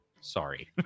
sorry